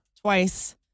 Twice